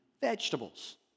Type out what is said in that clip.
vegetables